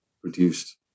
produced